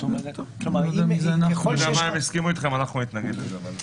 אנחנו נתנגד לזה.